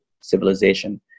civilization